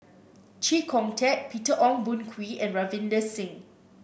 Chee Kong Tet Peter Ong Boon Kwee and Ravinder Singh